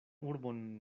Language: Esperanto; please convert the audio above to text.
urbon